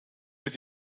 mit